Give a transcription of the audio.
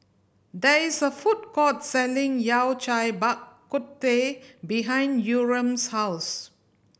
there is a food court selling Yao Cai Bak Kut Teh behind Yurem's house